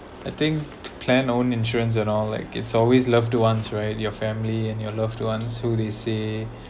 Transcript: I think to plan own insurance and all like it it's always loved ones right your family and your loved ones who they say